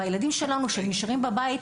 והילדים שלנו שנשארים בבית,